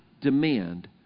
demand